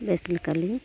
ᱵᱮᱥ ᱞᱮᱠᱟ ᱞᱤᱧ